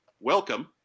welcome